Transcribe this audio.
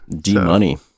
D-money